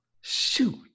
Shoot